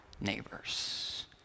neighbors